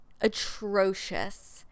atrocious